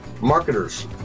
marketers